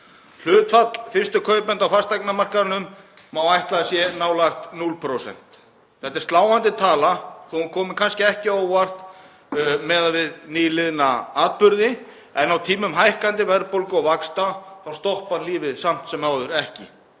Hlutfall fyrstu kaupenda á fasteignamarkaðnum má ætla að sé nálægt 0%. Þetta er sláandi tala þó að hún komi kannski ekki á óvart miðað við nýliðna atburði. En á tímum hækkandi verðbólgu og vaxta stoppar lífið samt sem áður ekki.